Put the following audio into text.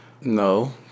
no